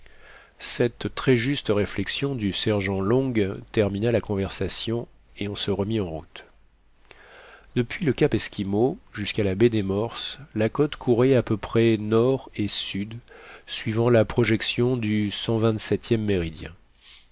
cette très juste réflexion du sergent long termina la conversation et on se remit en route depuis le cap esquimau jusqu'à la baie des morses la côte courait à peu près nord et sud suivant la projection du cent vingtseptième méridien